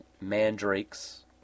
mandrakes